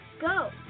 go